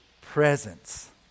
presence